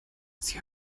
sie